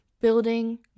building